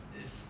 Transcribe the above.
is